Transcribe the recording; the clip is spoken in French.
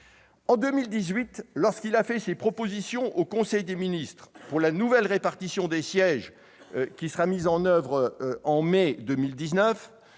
En 2018, lorsqu'il a fait ses propositions au Conseil des ministres pour la nouvelle répartition des sièges, qui sera mise en oeuvre au mois